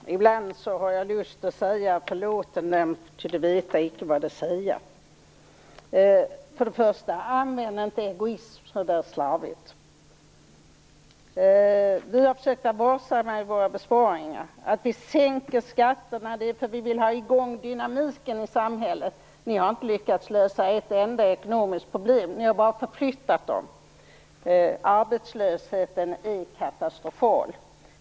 Fru talman! Ibland har jag lust att säga: Förlåt dem, ty de veta icke vad de säga. Till att börja med vill jag säga att man inte skall använda ordet egoism så där slarvigt. Vi har försökt att vara varsamma i våra besparingar. Vi sänker skatterna därför att vi vill ha i gång dynamiken i samhället. Ni har inte lyckats att lösa ett enda ekonomiskt problem, ni har bara förflyttat dem. Arbetslösheten är katastrofal.